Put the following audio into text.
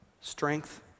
strength